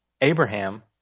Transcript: Abraham